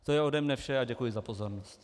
To je ode mě vše a děkuji za pozornost.